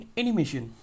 animation